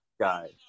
guy